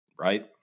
right